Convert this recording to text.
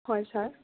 হয় ছাৰ